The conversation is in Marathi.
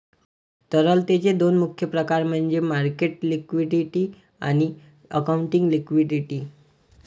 तरलतेचे दोन मुख्य प्रकार म्हणजे मार्केट लिक्विडिटी आणि अकाउंटिंग लिक्विडिटी